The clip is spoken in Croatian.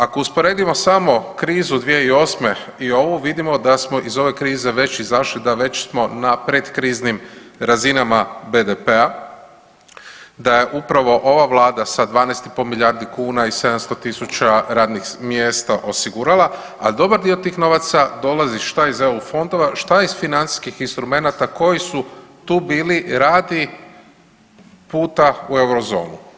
Ako usporedimo samo krizu 2008. i ovu vidimo da smo iz ove krize već izašli da već smo pred kriznim razinama BDP-a da je upravo ova Vlada sa 12,5 milijardi kuna i 700.000 radnih mjesta osigurala, dobar dio tih novaca dolazi šta iz eu fondova, šta iz financijskih instrumenata koji su tu bili radi puta u Eurozonu.